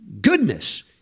goodness